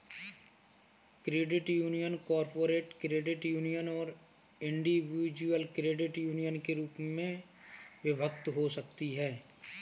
credit union corporate credit union और individual credit union के रूप में विभक्त हो सकती हैं